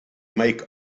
make